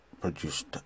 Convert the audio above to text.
produced